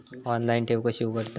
Online ठेव कशी उघडतलाव?